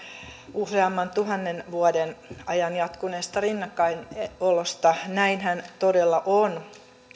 useamman tuhannen vuoden ajan jatkuneesta rinnakkainelosta näinhän todella on